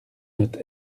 note